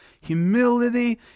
humility